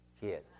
kids